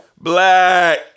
Black